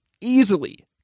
easily